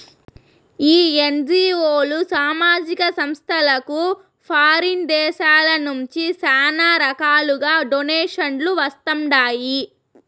ఈ ఎన్జీఓలు, సామాజిక సంస్థలకు ఫారిన్ దేశాల నుంచి శానా రకాలుగా డొనేషన్లు వస్తండాయి